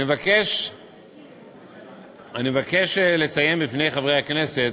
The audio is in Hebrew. אני מבקש לציין בפני חברי הכנסת,